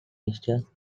easter